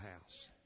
house